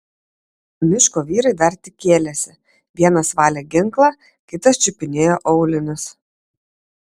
miško vyrai dar tik kėlėsi vienas valė ginklą kitas čiupinėjo aulinius